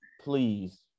Please